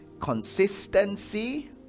consistency